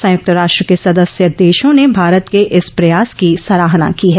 संयुक्त राष्ट्र के सदस्य देशों ने भारत के इस प्रयास की सराहना की है